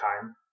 time